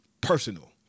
personal